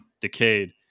decayed